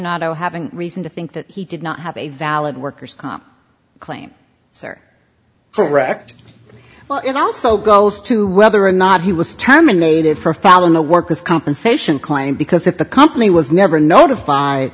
otto having reason to think that he did not have a valid worker's comp claim its are correct well it also goes to whether or not he was terminated for following a worker's compensation claim because that the company was never notified